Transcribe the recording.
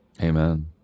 Amen